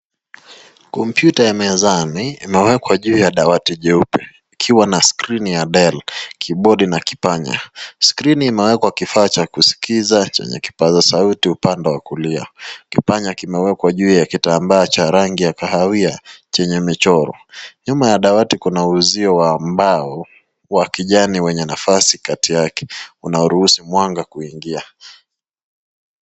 Kompyuta ya mezani imewekwa juu ya dawati jeupe ikiwa ni skrini ya Dell, kibodi na kipanya. Skrini imewekwa kifaa cha kuskiza chenye kipaza sauti upande wa kulia. Kipanya kimewekwa juu ya kitamba cha rangi ya kahawia chenye michoro. Nyuma ya dawati kuna uzio wa mbao wa kijani wenye nafasi kati yake unaoruhusu mwanga kuingia.